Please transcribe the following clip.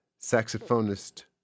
saxophonist